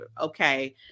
okay